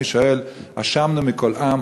אני שואל: אשמנו מכל עם?